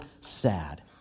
sad